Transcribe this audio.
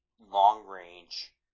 long-range